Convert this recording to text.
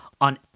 on